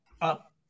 up